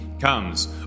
comes